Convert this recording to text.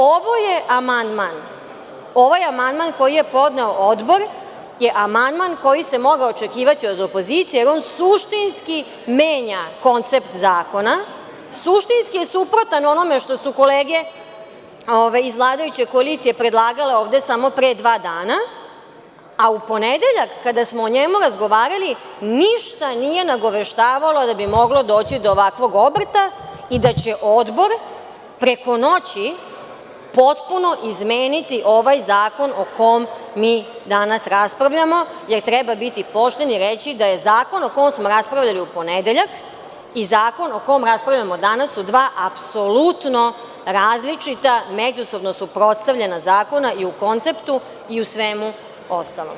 Ovo je amandman koji je podneo Odbor, amandman koji se mogao očekivati od opozicije jer on suštinski menja koncept zakona, suštinski je suprotan onome što su kolege iz vladajuće koalicije predlagale ovde samo pre dva dana, a u ponedeljak kada smo o njemu razgovarali ništa nije nagoveštavalo da bi moglo doći do ovakvog obrta i da ćeOdbor preko noći potpuno izmeniti ovaj zakon o kome mi danas raspravljamo jer treba biti pošten i reći da su zakon o kom smo raspravljali u ponedeljak i zakon o kom raspravljamo danas apsolutno različita, međusobno suprotstavljena zakona, i u konceptu i u svemu ostalom.